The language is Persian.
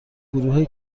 گروه